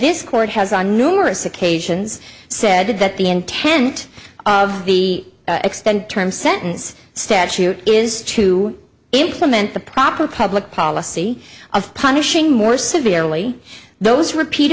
this court has on numerous occasions said that the intent of the extend term sentence statute is to implement the proper public policy of punishing more severely those repeat